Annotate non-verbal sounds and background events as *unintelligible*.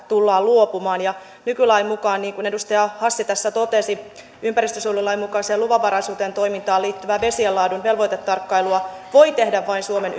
tullaan luopumaan nykylain mukaan niin kuin edustaja hassi tässä totesi ympäristönsuojelulain mukaiseen luvanvaraiseen toimintaan liittyvää vesien laadun velvoitetarkkailua voi tehdä vain suomen *unintelligible*